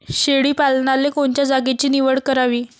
शेळी पालनाले कोनच्या जागेची निवड करावी?